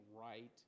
right